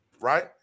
right